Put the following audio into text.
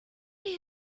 you